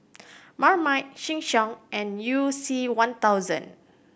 Marmite Sheng Siong and You C One thousand